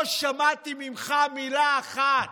לא שמעתי ממך מילה אחת